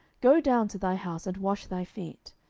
go down to thy house, and wash thy feet.